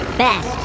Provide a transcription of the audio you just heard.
best